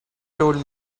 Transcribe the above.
told